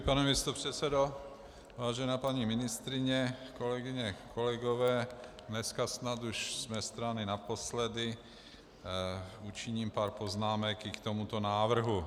Pane místopředsedo, vážená paní ministryně, kolegyně a kolegové, dneska snad už z mé strany naposledy učiním pár poznámek i k tomuto návrhu.